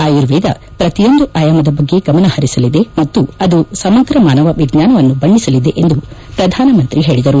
ಆಯುರ್ವೇದ ಪ್ರತಿಯೊಂದು ಆಯಾಮದ ಬಗ್ಗೆ ಗಮನಹರಿಸಲಿದೆ ಮತ್ತು ಅದು ಸಮಗ್ರ ಮಾನವ ವಿಜ್ಞಾನವನ್ನು ಬಣ್ಣಿಸಲಿದೆ ಎಂದು ಪ್ರಧಾನ ಮಂತ್ರಿ ಹೇಳಿದರು